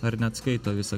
ar net skaito visą